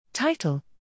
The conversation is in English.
Title